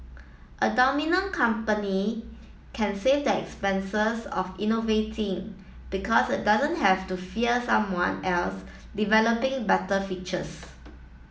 a dominant company can save the expenses of innovating because it doesn't have to fear someone else developing better features